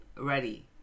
ready